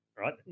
right